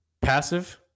passive